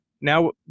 now